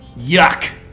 Yuck